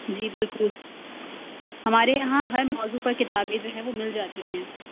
جی بالکل ہمارے یہاں ہر موضوع پر کتابیں جو ہیں وہ مل جاتی ہیں